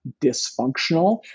dysfunctional